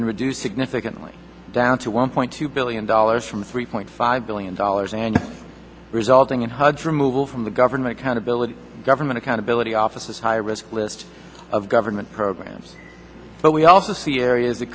been reduced significantly down to one point two billion dollars from three point five billion dollars and resulting in hud from move from the government accountability government accountability office as high risk list of government programs but we also see areas that